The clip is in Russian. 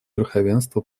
верховенство